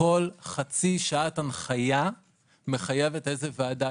שכל חצי שעת הנחיה מחייבת ועדה.